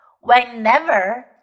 whenever